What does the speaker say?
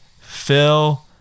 Phil